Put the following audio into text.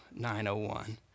901